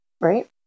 right